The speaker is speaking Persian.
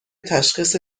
تشخیص